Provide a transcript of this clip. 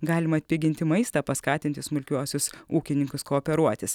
galima atpiginti maistą paskatinti smulkiuosius ūkininkus kooperuotis